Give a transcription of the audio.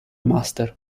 master